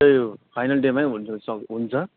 त्यो फाइनल डेमा हुन सक्छ हुन्छ